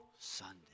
Sunday